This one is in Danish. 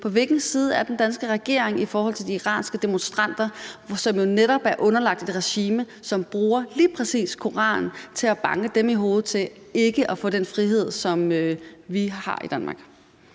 På hvilken side er den danske regering i forhold til de iranske demonstranter, som jo netop er underlagt et regime, som bruger lige præcis Koranen til at banke dem i hovedet for ikke at give dem den frihed, som vi har i Danmark?